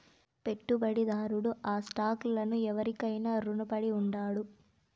పెట్టుబడిదారుడు ఆ స్టాక్ లను ఎవురికైనా రునపడి ఉండాడు